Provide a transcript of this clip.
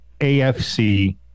AFC